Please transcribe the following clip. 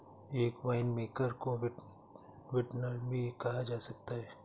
एक वाइनमेकर को विंटनर भी कहा जा सकता है